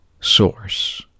source